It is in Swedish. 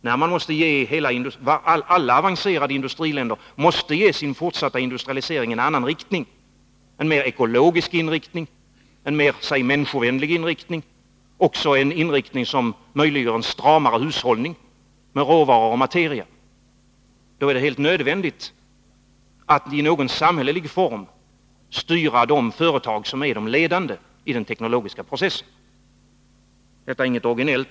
När alla avancerade industriländer måste ge sin fortsatta industrialisering en annan riktning, en mer ekologisk inriktning, säg en mer människovänlig inriktning, också en inriktning som möjliggör en stramare hushållning med råvaror och materier, då är det helt nödvändigt att i någon samhällelig form styra de företag som är de ledande i den teknologiska processen. Detta är inget originellt.